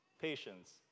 patience